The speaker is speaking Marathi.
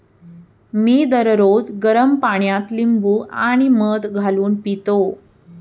मी दररोज गरम पाण्यात लिंबू आणि मध घालून पितो